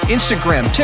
Instagram